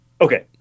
Okay